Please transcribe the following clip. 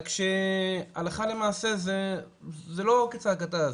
רק שהלכה למעשה זה לא כצעקתה,